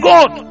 God